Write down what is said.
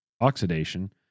oxidation